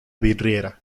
vidriera